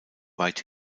weit